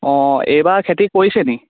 অ এইবাৰ খেতি কৰিছেনি